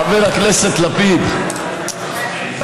חברת הכנסת פנינה תמנו-שטה,